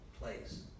place